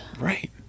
right